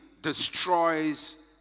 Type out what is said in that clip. destroys